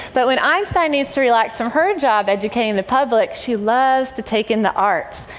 but when einstein needs to relax from her job educating the public she loves to take in the arts.